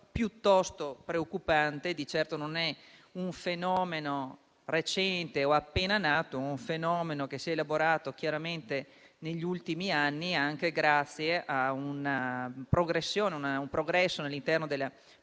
piuttosto preoccupante e di certo non è un fenomeno recente o appena nato. È un fenomeno che si è sviluppato chiaramente negli ultimi anni, anche grazie al progresso delle tecnologie,